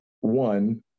one